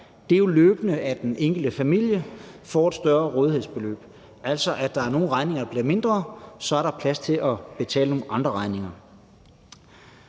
Den enkelte familie vil nemlig løbende få et større rådighedsbeløb, fordi der altså er nogle regninger, der bliver mindre, og så er der plads til at betale nogle andre regninger.